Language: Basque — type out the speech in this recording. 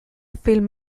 film